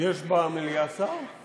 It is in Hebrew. יש במליאה שר?